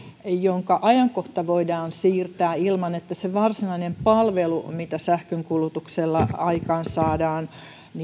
jonka ajankohta voidaan siirtää ilman että se varsinainen palvelu mitä sähkönkulutuksella aikaansaadaan